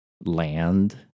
land